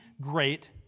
great